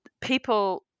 people